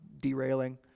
derailing